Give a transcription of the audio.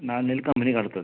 నాలుగు నెలలు కంపెనీ కడుతుంది